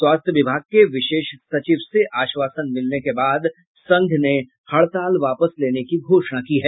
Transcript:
स्वास्थ्य विभाग के विशेष सचिव से आश्वासन मिलने के बाद संघ ने हड़ताल वापस लेने की घोषणा की है